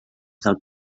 del